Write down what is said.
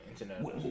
Internet